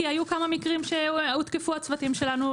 כי היו כמה מקרים שהותקפו הצוותים שלנו.